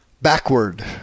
Backward